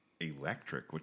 Electric